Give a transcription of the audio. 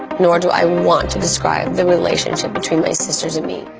nor do i want to describe, the relationship between my sisters and me.